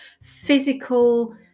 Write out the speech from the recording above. physical